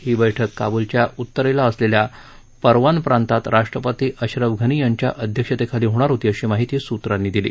ही बैठक काबूलच्या उत्तरेस असलेल्या पारवान प्रांतात राष्ट्रपती अशरफ गनी यांच्या अध्यक्षतेखाली होणार होती अशी माहिती सूत्रांनी दिली